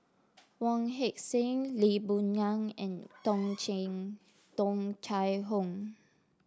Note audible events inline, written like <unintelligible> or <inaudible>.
Wong Heck Sing Lee Boon Ngan and <noise> Tung <unintelligible> Tung Chye Hong